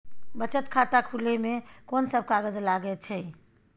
बचत खाता खुले मे कोन सब कागज लागे छै?